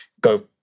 go